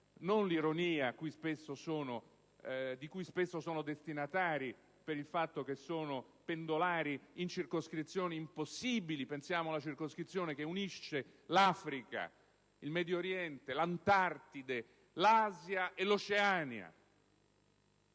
non l'ironia di cui spesso sono destinatari per il fatto che sono pendolari in circoscrizioni impossibili: pensiamo alla circoscrizione che unisce l'Africa, il Medio Oriente, l'Antartide, l'Asia e l'Oceania